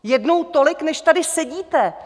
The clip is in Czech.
Jednou tolik, než tady sedíte.